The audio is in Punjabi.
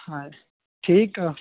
ਹਾਂ ਠੀਕ ਆ